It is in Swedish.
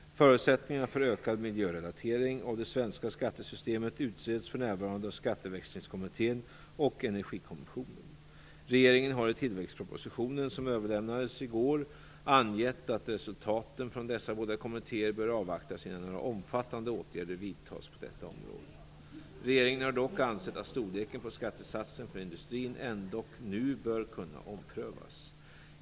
Förutsättningarna för ökad miljörelatering av det svenska skattesystemet utreds för närvarande av Regeringen har i tillväxtpropositionen, som överlämnades i går, angett att resultaten från dessa båda kommittéer bör avvaktas innan några omfattande åtgärder vidtas på detta område. Regeringen har dock ansett att storleken på skattesatsen för industrin ändock nu bör kunna omprövas.